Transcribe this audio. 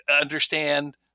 understand